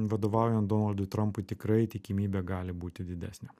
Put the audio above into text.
vadovaujant donaldui trampui tikrai tikimybė gali būti didesnė